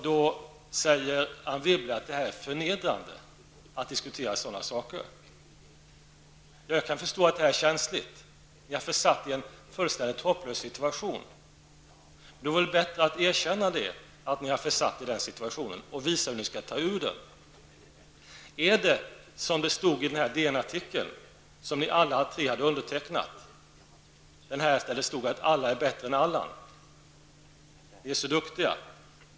Då säger Anne Wibble att det är förnedrande att diskutera sådana saker. Jag kan förstå att detta är känsligt. Ni har försatt er i en fullständigt hopplös situation. Då är det väl bättre att erkänna att ni har försatt er i den situationen och visa hur ni skall ta er ur den. Är det så, som det stod i den DN-artikeln som ni alla tre har undertecknat, att alla är bättre än Allan? Ni är så duktiga.